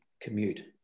commute